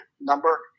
number